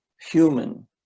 human